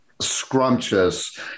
scrumptious